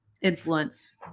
influence